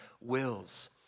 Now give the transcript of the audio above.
wills